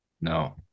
No